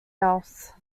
else